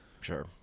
Sure